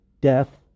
death